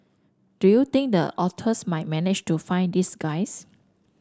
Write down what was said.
do you think the otters might manage to find these guys